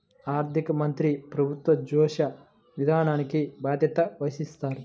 ఆర్థిక మంత్రి ప్రభుత్వ కోశ విధానానికి బాధ్యత వహిస్తారు